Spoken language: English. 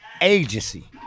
agency